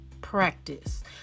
practice